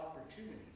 opportunities